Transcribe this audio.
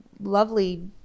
lovely